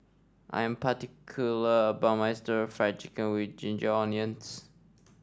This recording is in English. I am particular about my Stir Fried Chicken with Ginger Onions